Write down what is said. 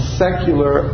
secular